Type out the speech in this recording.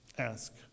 Ask